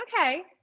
okay